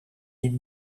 niet